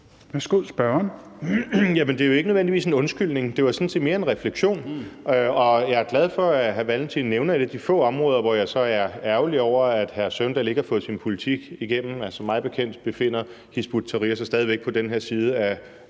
det var jo ikke nødvendigvis en undskyldning, jeg efterspurgte; det var sådan set mere en refleksion. Og jeg er glad for, at hr. Carl Valentin nævner et af de få områder, hvor jeg så er ærgerlig over, at hr. Villy Søvndal ikke har fået sin politik igennem. Altså, mig bekendt befinder Hizb ut-Tahrir sig stadig væk på den her side af